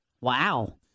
Wow